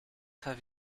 have